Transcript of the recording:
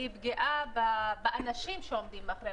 היא פגיעה באנשים שעומדים מאחוריהם.